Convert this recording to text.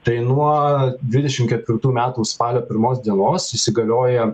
tai nuo dvidešim ketvirtų metų spalio pirmos dienos įsigalioja